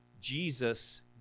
Jesus